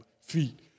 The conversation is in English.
feet